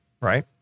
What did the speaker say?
right